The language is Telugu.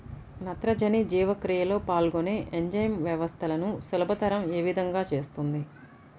నత్రజని జీవక్రియలో పాల్గొనే ఎంజైమ్ వ్యవస్థలను సులభతరం ఏ విధముగా చేస్తుంది?